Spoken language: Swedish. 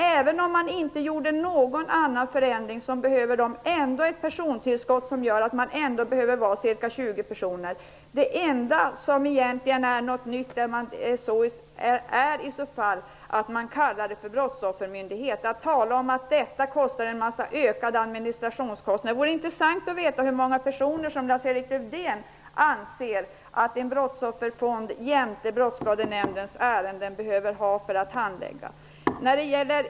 Även om det inte blir någon förändring beövs det ett persontillskott. Det behöver finnas ca 20 personer. Det enda nya blir i så fall att man kallar det för en brottsoffermyndighet. Lars-Erik Lövdén säger att detta medför ökade administrationskostnader. Det vore intressant att veta hur många personer han anser att brottsofferfonden jämte Brottsskadenämnden behöver ha för att handlägga ärendena.